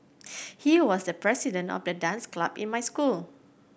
he was the president of the dance club in my school